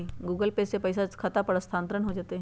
Google Pay से पईसा खाता पर स्थानानंतर हो जतई?